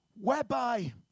Whereby